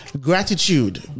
Gratitude